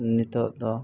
ᱱᱤᱛᱚᱜ ᱫᱚ